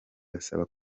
gasaba